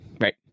right